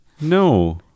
No